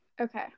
Okay